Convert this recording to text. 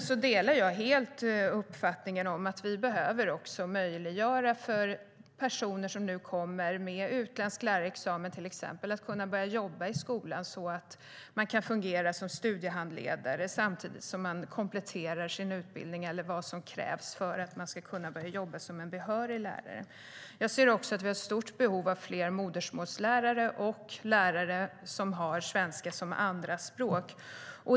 Jag delar helt uppfattningen att vi behöver möjliggöra för personer som nu kommer med utländsk lärarexamen, till exempel, att börja jobba i skolan så att de kan fungera som studiehandledare samtidigt som de kompletterar sin utbildning eller vad som krävs för att man ska kunna jobba som behörig lärare. Jag ser också att vi har ett stort behov av fler modersmålslärare och lärare som har svenska som andraspråk.